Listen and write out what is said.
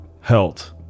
health